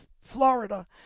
Florida